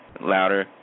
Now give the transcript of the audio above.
louder